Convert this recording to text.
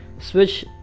switch